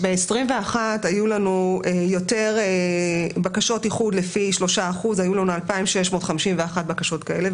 ב-2021 היו לנו יותר בקשות איחוד לפי 3%. היו לנו 2,651 בקשות כאלה.